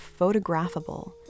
photographable